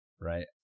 right